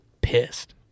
pissed